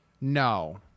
no